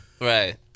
Right